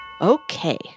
Okay